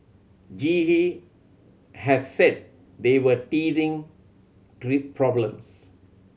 G E has said they were teething three problems